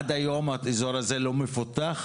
עד היום האזור הזה לא מפותח,